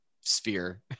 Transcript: sphere